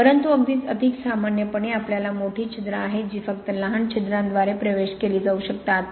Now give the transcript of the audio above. परंतु अधिक सामान्यपणे आपल्याकडे मोठी छिद्रे आहेत जी फक्त लहान छिद्रांद्वारे प्रवेश केली जाऊ शकतात